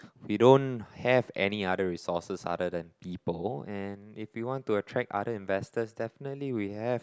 they don't have any other resources other than people and if you want to attract other investors definitely we have